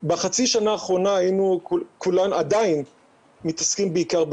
בחצי השנה האחרונה היינו ועדיין כולנו מתעסקים בעיקר בקורונה,